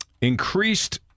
increased